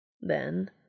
Then